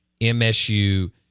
MSU